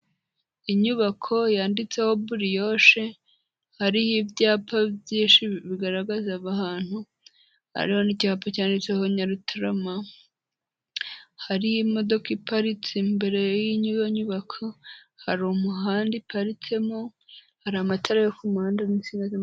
Inyubako yanditseho buri yoshe, hariho ibyapa byinshi bigaragaza aho hantu, hariho n'icyapa cyanditseho Nyarutarama, hari imodoka iparitse imbere y'iyo nyubako, hari umuhanda iparitsemo, hari amatara yo ku muhanda n'insinga z'amashanyarazi.